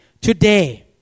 Today